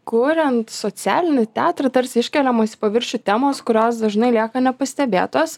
kuriant socialinį teatrą tarsi iškeliamos į paviršių temos kurios dažnai lieka nepastebėtos